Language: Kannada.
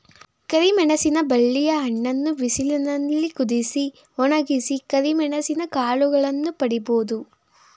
ಕರಿಮೆಣಸಿನ ಬಳ್ಳಿಯ ಹಣ್ಣನ್ನು ಬಿಸಿಲಿನಲ್ಲಿ ಕುದಿಸಿ, ಒಣಗಿಸಿ ಕರಿಮೆಣಸಿನ ಕಾಳುಗಳನ್ನು ಪಡಿಬೋದು